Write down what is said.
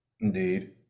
Indeed